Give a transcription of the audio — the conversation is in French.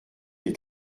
des